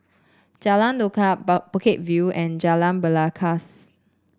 Jalan Lokam Bukit View and Jalan Belangkas